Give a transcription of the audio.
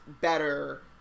better